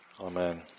amen